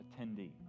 attendee